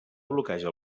bloqueja